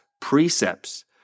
precepts